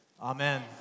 Amen